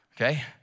okay